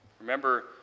Remember